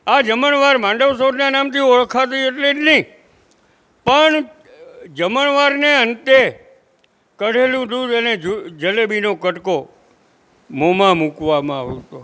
આ જમણવાર માંડવસોરના નામથી ઓળખાતી એટલે એટલી પણ જમણવારને અંતે કઢેલું દૂધ અને જલેબીનો કટકો મોમાં મૂકવામાં આવતો